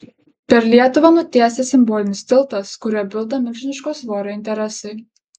per lietuvą nutiestas simbolinis tiltas kuriuo bilda milžiniško svorio interesai